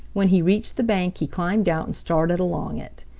when he reached the bank he climbed out and started along it.